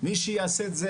מי שיעשה את זה,